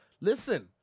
listen